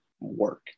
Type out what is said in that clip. work